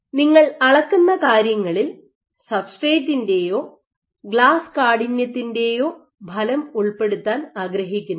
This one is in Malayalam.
നിങ്ങൾ അളക്കുന്ന കാര്യങ്ങളിൽ സബ്സ്ട്രെറ്റിന്റെയോ ഗ്ലാസ് കാഠിന്യത്തിന്റെയോ ഫലം ഉൾപ്പെടുത്താൻ ആഗ്രഹിക്കുന്നില്ല